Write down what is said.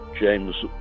James